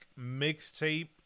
mixtape